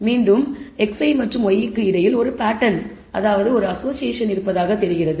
மீண்டும் xi மற்றும் yi க்கு இடையில் ஒரு பாட்டர்ன் தொடர்பு இருப்பதாகத் தெரிகிறது